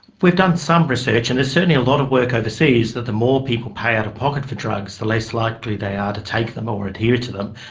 we've done some research, and there's certainly a lot of work overseas, that the more people pay out-of-pocket for drugs the less likely they are to take them or adhere to them.